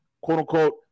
quote-unquote